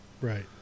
Right